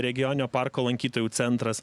regioninio parko lankytojų centras